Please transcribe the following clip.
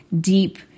deep